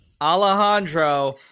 alejandro